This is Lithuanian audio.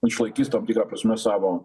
išlaikys tam tikra prasme savo